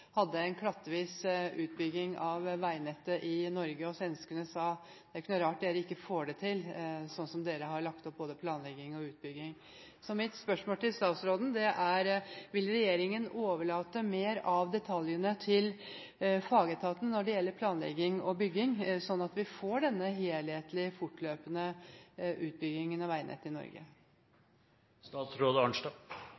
ikke fikk det til, sånn som vi hadde lagt opp både planlegging og utbygging. Mitt spørsmål til statsråden er: Vil regjeringen overlate mer av detaljene til fagetaten når det gjelder planlegging og bygging, sånn at vi får denne helhetlige, fortløpende utbyggingen av veinettet i Norge?